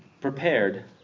prepared